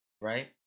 Right